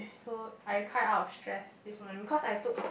so I cried out of stress this morning because I took